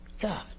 God